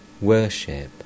worship